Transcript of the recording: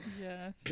Yes